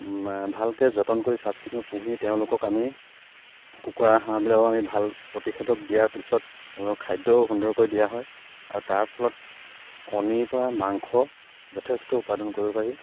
ভালকে যতন কৰি চাফ চিকুণকে পুহি তেওঁলোকক আমি কুকুৰা হাঁহবিলাকো আমি ভাল প্ৰতিষেধক দিয়াৰ পিছত তেওঁলোকক খাদ্য সুন্দৰকৈ দিয়া হয় আৰু তাৰ ফলত কণীৰ পৰা মাংস যথেষ্ট উৎপাদন কৰিব পাৰি